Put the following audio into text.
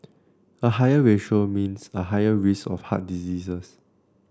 a higher ratio means a higher risk of heart diseases